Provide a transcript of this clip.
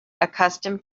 accustomed